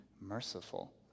merciful